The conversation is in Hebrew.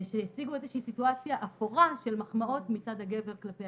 שיציגו איזושהי סיטואציה אפורה של מחמאות מצד הגבר כלפי